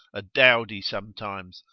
a dowdy sometimes,